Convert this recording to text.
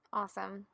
awesome